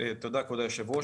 תודה, כבוד היושב-ראש.